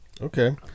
okay